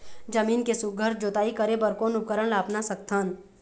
जमीन के सुघ्घर जोताई करे बर कोन उपकरण ला अपना सकथन?